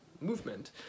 movement